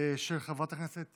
חברת הכנסת